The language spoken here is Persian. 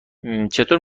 چطور